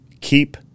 keep